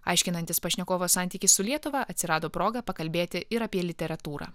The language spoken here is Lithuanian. aiškinantis pašnekovo santykį su lietuva atsirado proga pakalbėti ir apie literatūrą